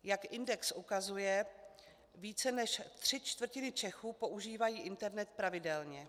Jak index ukazuje, více než tři čtvrtiny Čechů používají internet pravidelně.